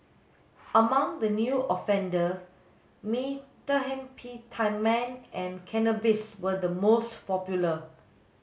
among the new offender methamphetamine and cannabis were the most popular